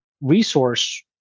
resource